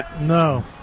No